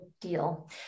deal